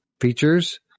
features